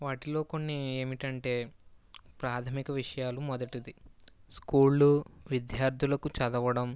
వాటిలో కొన్ని ఏమిటంటే ప్రాథమిక విషయాలు మొదటిది స్కూలు విద్యార్థులకు చదవడం